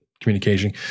communication